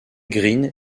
green